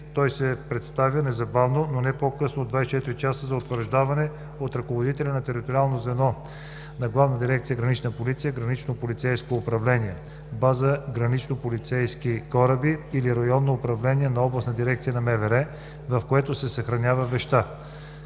той се представя незабавно, но не по късно от 24 часа, за утвърждаване от ръководителя на териториално звено на Главна дирекция „Гранична полиция“, гранично полицейско управление, база гранично-полицейски кораби или районно управление на областна дирекция на МВР, в което се съхранява вещта.